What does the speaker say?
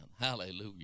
hallelujah